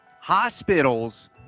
hospitals